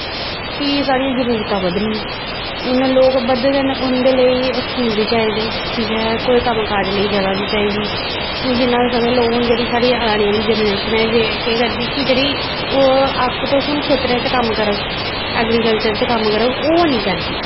कि साढ़ियां जरूरतां बधनियां जिन्ने लोग बधङन उं'दे लेई स्कूल बी चाहिदे ठीक ऐ कोई कम्मकाज़ लेई जगह् बी चाहिदी हून जिन्ना होई सकै लोक हून जेह्ड़ी साढ़ी आने आह्ली जनरेशन ऐ जे केह् करदी कि ओह् आक्खो तुस हून खेत्तरें च कम्म करग ऐग्रिकल्चर च कम्म करग ओह् निं करदी